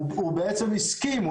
הוא בעצם הסכים,